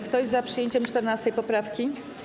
Kto jest za przyjęciem 14. poprawki?